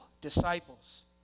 disciples